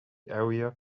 area